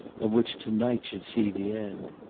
of which to-night should see the end.